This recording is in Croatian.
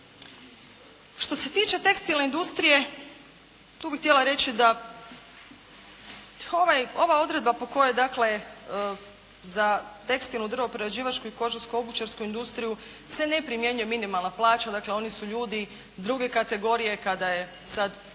Što se tiče tekstilne industrije tu bih htjela reći da ova odredba po kojoj dakle za tekstilnu, drvno-prerađivačku i kožarsko-obućarsku industriju se ne primjenjuje minimalna plaća, dakle oni su ljudi druge kategorije kada je dakle